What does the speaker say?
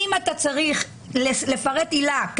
אתה צריך לפרט עילה,